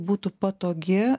būtų patogi